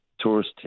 tourist